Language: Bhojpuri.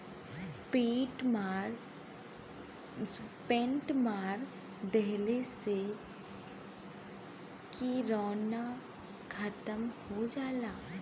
पेंट मार देहले से किरौना खतम हो जाला